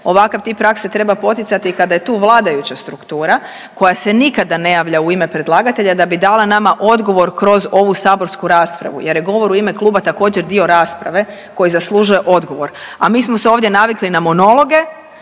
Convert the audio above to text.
ovakav tip prakse treba poticati i kada je tu vladajuća struktura koja se nikada ne javlja u ime predlagatelja da bi dala nama odgovor kroz ovu saborsku raspravu, jer je govor u ime kluba također dio rasprave koji zaslužuje odgovor. A mi smo se ovdje navikli na monologe